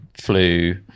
flu